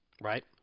Right